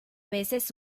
veces